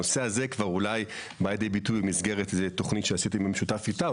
הנושא הזה אולי בא לידי ביטוי במסגרת איזו תוכנית שעשיתי במשותף איתה.